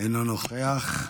אינו נוכח.